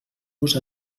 vos